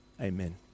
Amen